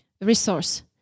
resource